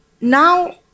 Now